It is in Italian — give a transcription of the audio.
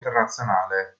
internazionale